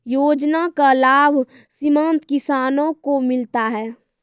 योजना का लाभ सीमांत किसानों को मिलता हैं?